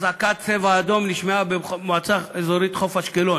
אזעקת "צבע אדום" נשמעה במועצה האזורית חוף-אשקלון.